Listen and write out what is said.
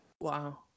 Wow